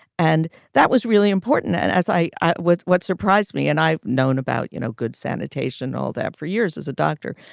and that was really important and as i i was. what surprised me and i known about, you know, good sanitation, all that for years as a doctor.